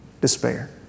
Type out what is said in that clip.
Despair